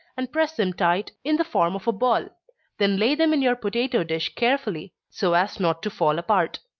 and press them tight, in the form of a ball then lay them in your potatoe dish carefully, so as not to fall apart.